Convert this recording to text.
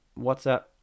whatsapp